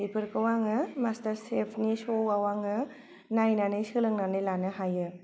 बेफोरखौ आङो मास्टार सेफनि स'वाव आङो नायनानै सोलोंनानै लानो हायो